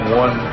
one